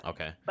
Okay